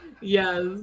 yes